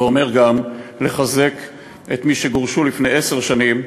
ואומר גם: לחזק את מי שגורשו לפני עשר שנים,